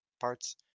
parts